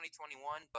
2021